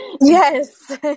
Yes